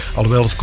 Alhoewel